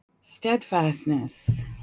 steadfastness